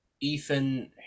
Ethan